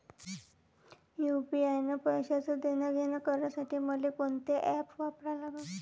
UPI न पैशाचं देणंघेणं करासाठी मले कोनते ॲप वापरा लागन?